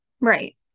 Right